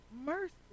mercy